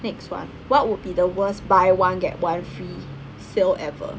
next one what would be the worst buy one get one free sale ever